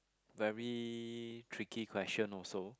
very tricky question also